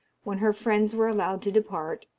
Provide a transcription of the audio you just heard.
when her friends were allowed to depart,